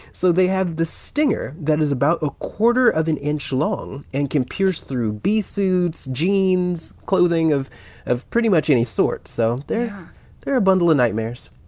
so they have the stinger that is about a quarter of an inch long and can pierce through bee suits, jeans, clothing of of pretty much any sort. so they're they're a bundle of nightmares